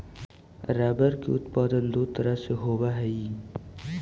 rubber के उत्पादन दो प्रकार से होवऽ हई